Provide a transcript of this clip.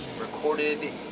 Recorded